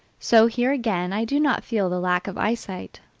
so here again i do not feel the lack of eyesight.